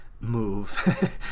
move